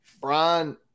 Brian